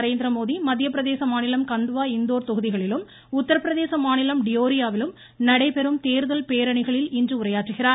நரேந்திரமோடி மத்தியப்பிரதேச மாநிலம் கந்வா இந்தோர் தொகுதிகளிலும் உத்தரப்பிரதேச மாநிலம் குஷிநகர் டியோரியாவிலும் நடைபெறும் தேர்தல் பேரணிகளில் இன்று உரையாற்றுகிறார்